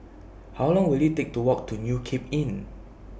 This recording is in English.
How Long Will IT Take to Walk to New Cape Inn